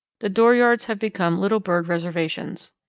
the dooryards have become little bird reservations.